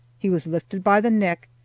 he was lifted by the neck,